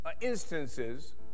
instances